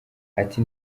ati